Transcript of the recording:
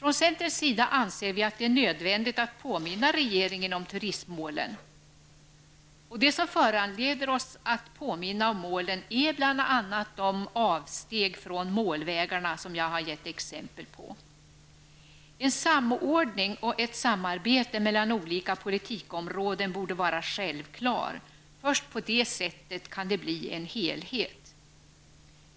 I centern anser vi att det är nödvändigt att påminna regeringen om turismmålen. Det som föranleder oss att påminna om målen är bl.a. de avsteg från målvägarna som jag har gett exempel på. En samordning och ett samarbete mellan olika politikområden borde vara någonting självklart. Först härigenom kan det bli en helhet.